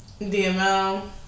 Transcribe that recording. DML